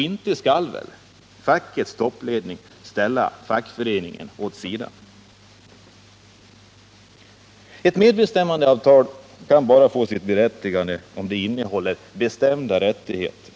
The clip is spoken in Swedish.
Inte skall väl fackets toppledning ställa fackföreningen åt sidan! Ett medbestämmandeavtal kan bara få sitt berättigande om det innehåller bestämda rättigheter.